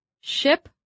ship